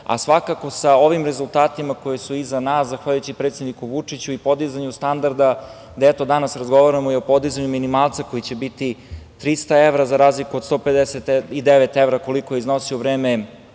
imamo. Svakako sa ovim rezultatima koji su iza nas zahvaljujući predsedniku Vučiću i podizanju standarda da danas razgovaramo i o podizanju minimalca koji će biti 300 evra, za razliku od 159 evra, koliko je iznosio u vreme